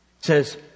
says